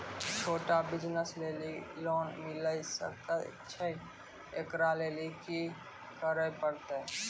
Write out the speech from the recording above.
छोटा बिज़नस लेली लोन मिले सकय छै? एकरा लेली की करै परतै